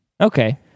Okay